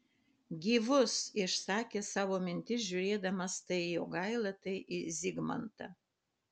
gyvus išsakė savo mintis žiūrėdamas tai į jogailą tai į zigmantą